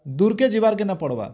ଦୂର୍କେ ଯିବାର୍ କେ ନ ପଡ଼୍ବା